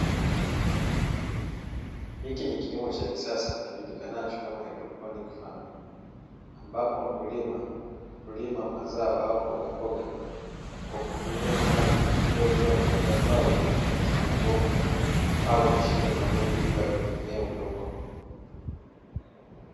Hiki ni kilimo cha kisasa kijulikanacho kama haidroponi, ambapo mkulima hulima mazao au mbogamboga kwa kutumia maji yaliyowekewa rutuba ambayo hupita katika mabomba au mashine maalumu bila kutumia udongo.